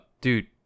Dude